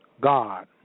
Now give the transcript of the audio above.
God